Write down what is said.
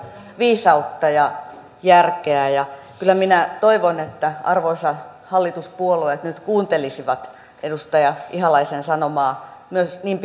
viisautta ja järkeä ja kyllä minä toivon että arvoisat hallituspuolueet nyt kuuntelisivat edustaja ihalaisen sanomaa niin